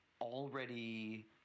already